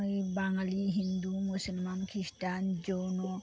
এই বাঙালি হিন্দু মুসলমান খ্রিস্টান জৈন